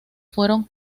fueron